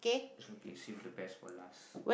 it's okay see with the best for last